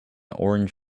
orange